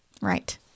Right